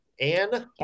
Anne